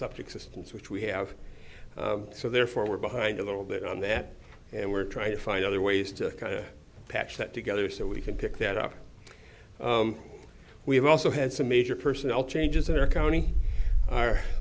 objects systems which we have so therefore we're behind a little bit on that and we're trying to find other ways to kind of patch that together so we can pick that up we've also had some major personnel changes in our county